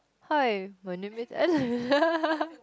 hi my name is Adeline